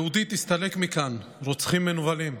יהודי, תסתלק מכאן, רוצחים מנוולים.